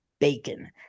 bacon